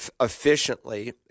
efficiently